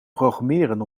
programmeren